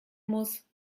muss